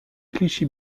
clichy